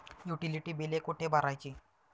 Utility बिले कुठे भरायची?